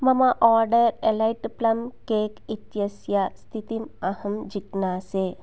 मम order Elite plum cake इत्यस्य स्थितिम् अहं जिज्ञासे